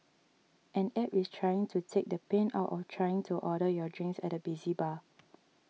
an App is trying to take the pain out of trying to order your drinks at a busy bar